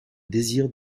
désir